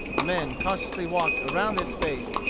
the men cautiously walked around this space,